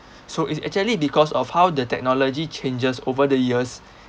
so it's actually because of how the technology changes over the years